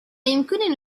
يمكنني